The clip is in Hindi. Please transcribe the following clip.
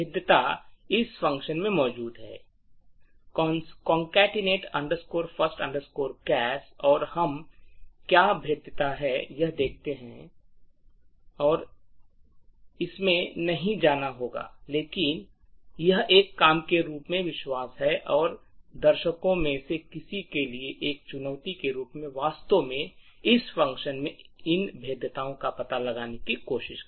भेद्यता इस function में मौजूद है concatenate first chars और हम क्या भेद्यता है में नहीं जाना होगा लेकिन यह एक काम के रूप में विश्वास है और दर्शकों में से किसी के लिए एक चुनौती के रूप में वास्तव में इस function में इन भेद्यता का पता लगाने की कोशिश